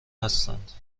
هستند